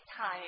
time